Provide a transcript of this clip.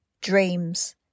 Dreams